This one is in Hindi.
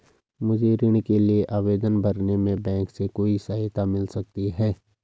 मुझे ऋण के लिए आवेदन भरने में बैंक से कोई सहायता मिल सकती है?